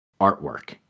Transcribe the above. artwork